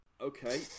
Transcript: Okay